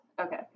okay